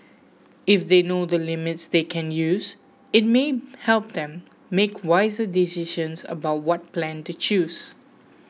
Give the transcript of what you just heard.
if they know the limits they can use it may help them make wiser decisions about what plan to choose